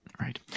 Right